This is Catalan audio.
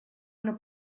una